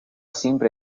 siempre